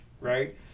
right